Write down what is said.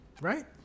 Right